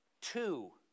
Two